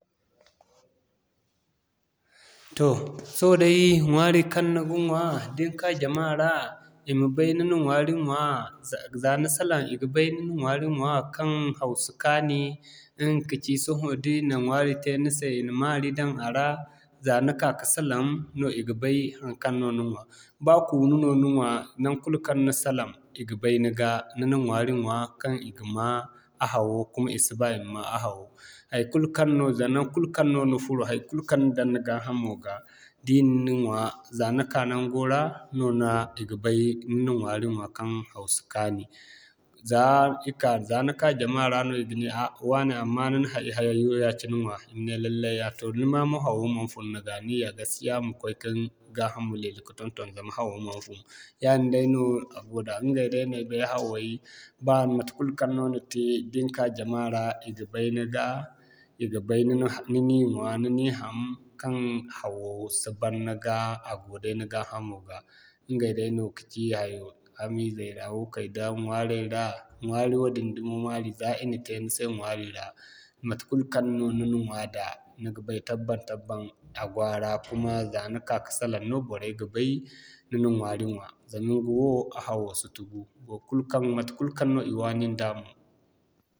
Toh sohõ day ɲwaari kaŋ ni ga ɲwa, da ni ka jama ra i ma bay ni na ɲwaari ɲwa, za ni salaŋ i ma bay ni na ɲwaari ɲwa, kaŋ haw si kaani ɲga kaci sohõ da i na ɲwaari te ni se i na mari daŋ a ra za ni ka'ka salaŋ no i ga bay haŋkaŋ no ni ɲwa. Ba kuunu no ni ɲwa, naŋgu kulu kaŋ ni salaŋ i ga bay ni ga ni na ɲwaari ɲwa kaŋ i ga ma a hawo kuma i si ba i ma'ma a hawo. Haikulu kaŋ no zan naŋkul kaŋ no ni furo haikulu kaŋ ni daŋ ni gaa hamo ra di ni na ɲwaa, za ni ka naŋgo ra, no i ga bay ni na ɲwaari ɲwa kaŋ haw si kaani. Zaa i ka za ni ka jama ra no i ga ne ah, waane amma ni na hari hay ya-cine ɲwa lallai a toh ni ma mo hawo man fun ni ga. Ni ya gaskiya ma koy ka ni gaa hamo lele ka ton-ton zama hawo man fun. Yaadin day no a go da ɲgay day no ay bay haway ba matekul kaŋ no ni te ni ka jama ra i ga bay ni ga i ga bay ni'ni ɲwa ni na haŋkaŋ hawo si ban ni ga a go day ni gaa hamo ra. Ɲgay no ka ci hayo hamizey ra wookay da ŋwaaray ra, ɲwaari wadin dumo ɲwaari za i na te ni se ɲwaari ra matekul kaŋ no ni na ɲwa da ni ga bay tabbat-yabbat, a go a ra kuma za ni ka'ka salaŋ no boray ga bay ni na ɲwaari ɲwa ɲga wo a hawo si tugu matekul kaŋ i waani nda no.